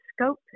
scope